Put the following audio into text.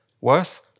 worse